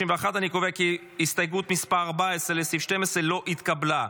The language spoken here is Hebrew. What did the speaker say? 31. אני קובע כי הסתייגות 14 לסעיף 12 לא התקבלה.